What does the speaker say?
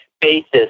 basis